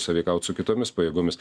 sąveikaut su kitomis pajėgomis